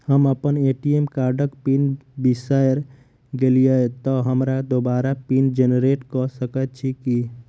हम अप्पन ए.टी.एम कार्डक पिन बिसैर गेलियै तऽ हमरा दोबारा पिन जेनरेट कऽ सकैत छी की?